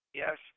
yes